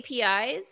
APIs